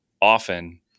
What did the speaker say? often